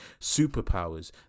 superpowers